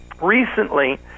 recently